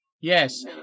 Yes